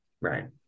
right